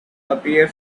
appear